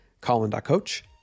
colin.coach